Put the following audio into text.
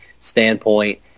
standpoint